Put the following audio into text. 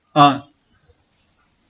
ah